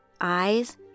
eyes